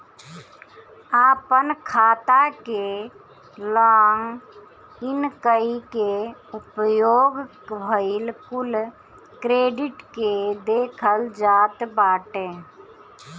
आपन खाता के लॉग इन कई के उपयोग भईल कुल क्रेडिट के देखल जात बाटे